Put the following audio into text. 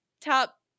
top